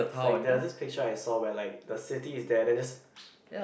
it's like there was this picture I saw where like the city is there then just